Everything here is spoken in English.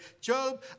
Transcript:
Job